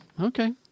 Okay